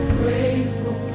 grateful